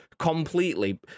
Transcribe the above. Completely